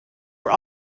were